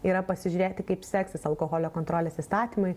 yra pasižiūrėti kaip seksis alkoholio kontrolės įstatymui